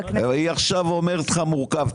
היא עכשיו אומרת לך מורכב,